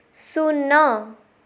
ଶୂନ